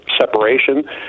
separation